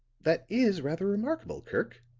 that is rather remarkable, kirk.